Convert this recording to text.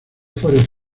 forest